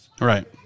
Right